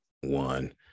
one